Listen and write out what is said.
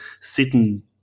sitting